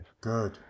good